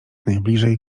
najbliżej